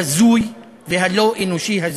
והבזוי והלא-אנושי הזה.